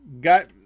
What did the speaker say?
got